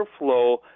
airflow